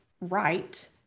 right